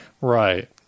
Right